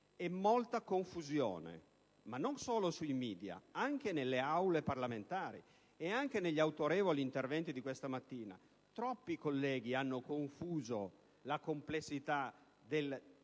e molta confusione, non solo sui media, ma anche nelle aule parlamentari. Anche negli autorevoli interventi di questa mattina troppi colleghi hanno confuso la complessità